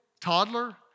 toddler